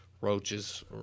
roaches